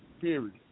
Period